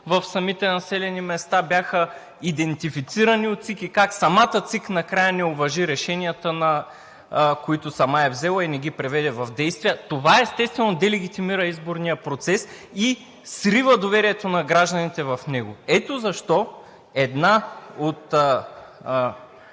в самите населени места бяха идентифицирани от ЦИК и как самата ЦИК накрая не уважи решенията, които сама е взела, и не ги приведе в действие. Това естествено делегитимира изборния процес и срива доверието на гражданите в него. Ето защо една от